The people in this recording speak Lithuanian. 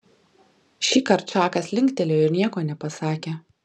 šįkart čakas linktelėjo ir nieko nepasakė